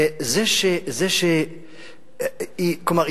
כלומר,